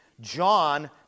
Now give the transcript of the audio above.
John